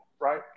right